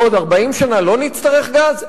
עוד 40 שנה, לא נצטרך גז?